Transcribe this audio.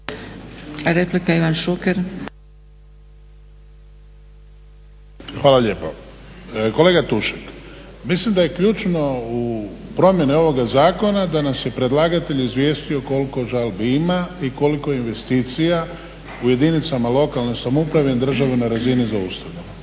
**Šuker, Ivan (HDZ)** Hvala lijepo. Kolega Tušak, mislim da je ključno u promjeni ovoga zakona da nas je predlagatelj izvijestio koliko žalbi ima i koliko investicija u jedinicama lokalne samouprave država na razini zaustavljeno.